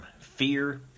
fear